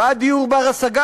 ועד דיור בר-השגה,